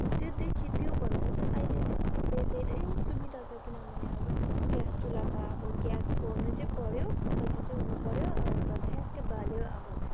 अब त्योदेखि त्योभन्दा चाहिँ अहिले केही धेरै सुविधा छ किनभने अब ग्यास चुला त अब ग्यास भर्नु चाहिँ पर्यो पैसा चाहिँ हुनु पर्यो अन्त ठ्याक्कै बाल्यो अब